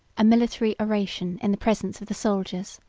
a military oration in the presence of the soldiers,